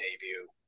debut